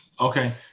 Okay